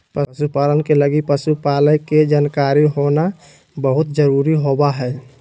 पशु पालन के लगी पशु पालय के जानकारी होना बहुत जरूरी होबा हइ